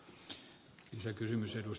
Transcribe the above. arvoisa puhemies